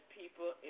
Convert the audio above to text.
people